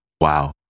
wow